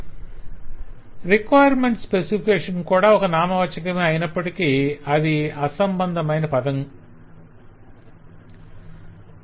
'Requirement specification' requirement specification కూడా ఒక నామవాచకమే అయినప్పటికీ అది అసంబంధమైన పదం కాబట్టి